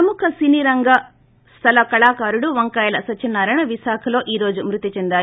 ప్రముఖ సినీ రంగ స్వల కళాకారుడు వంకాయల సత్యనారాయణ విశాఖలో ఈ రోజు మృతి చెందారు